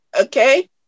Okay